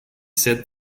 said